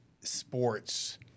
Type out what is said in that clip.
sports